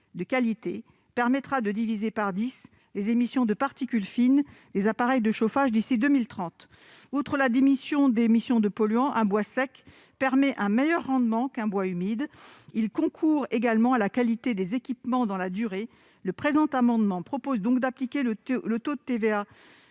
de qualité permettra de diviser par dix les émissions de particules fines des appareils de chauffage d'ici à 2030. Outre la diminution d'émissions de polluants, un bois sec permet un meilleur rendement qu'un bois humide. Il concourt également à la qualité des équipements dans la durée. Le présent amendement vise donc à appliquer le taux de TVA